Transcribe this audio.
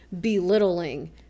belittling